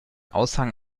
aushang